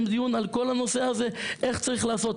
דיון בכל הנושא הזה ואיך צריך לעשות.